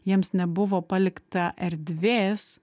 jiems nebuvo palikta erdvės